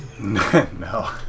no